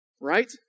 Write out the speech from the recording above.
Right